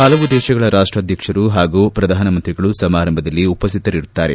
ಹಲವು ದೇಶಗಳ ರಾಷ್ಟಾಧಕ್ಷರು ಹಾಗೂ ಶ್ರಧಾನಮಂತ್ರಿಗಳು ಸಮಾರಂಭದಲ್ಲಿ ಉಪ್ಯಾತರಿರುತ್ತಾರೆ